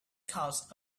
caused